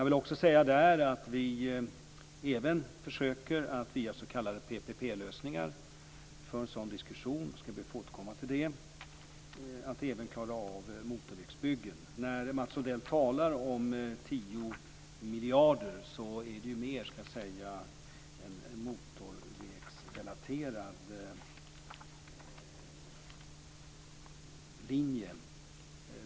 Vi försöker även att via s.k. PPP-lösningar - det förs en sådan diskussion som jag skall be att få återkomma till - klara av motorvägsbyggen. När Mats Odell talar om 10 miljarder är det mer än en motorvägsrelaterad linje.